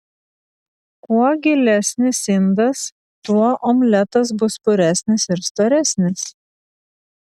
kuo gilesnis indas tuo omletas bus puresnis ir storesnis